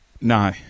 No